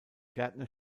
gärtner